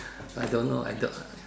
I don't know I don't